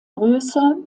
größer